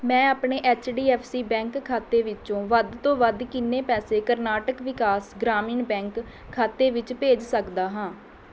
ਮੈਂ ਆਪਣੇ H D F C bank ਖਾਤੇ ਵਿੱਚੋਂ ਵੱਧ ਤੋਂ ਵੱਧ ਕਿੰਨੇ ਪੈਸੇ ਕਰਨਾਟਕ ਵਿਕਾਸ ਗ੍ਰਾਮੀਣ ਬੈਂਕ ਖਾਤੇ ਵਿੱਚ ਭੇਜ ਸਕਦਾ ਹਾਂ